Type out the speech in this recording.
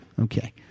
Okay